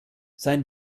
sein